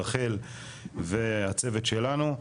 רחל והצוות שלנו,